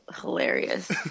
hilarious